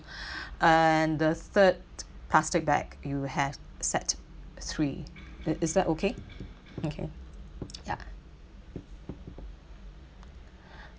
and the third plastic bag you have set three is is that okay okay ya